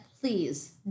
please